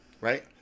Right